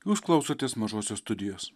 jūs klausotės mažosios studijos